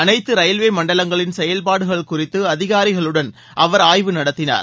அனைத்து ரயில்வே மண்டலங்களின் செயல்பாடுகள் குறித்து அதிகாரிகளுடன் அவர் ஆய்வு நடத்தினார்